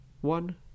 one